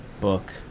book